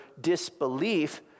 disbelief